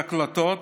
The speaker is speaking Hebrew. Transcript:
בהקלטות